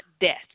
death